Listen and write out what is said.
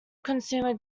consumer